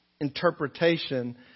interpretation